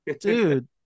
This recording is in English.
Dude